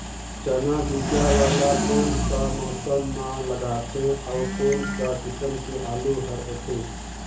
चाना बीजा वाला कोन सा मौसम म लगथे अउ कोन सा किसम के आलू हर होथे?